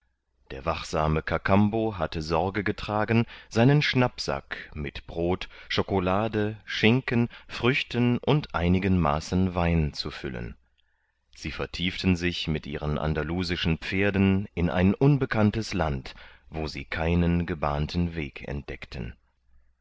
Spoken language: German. der wachsame kakambo hatte sorge getragen seinen schnappsack mit brot chocolate schinken früchten und einigen maßen wein zu füllen sie vertieften sich mit ihren andalusischen pferden in ein unbekanntes land wo sie keinen gebahnten weg entdeckten